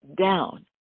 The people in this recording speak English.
down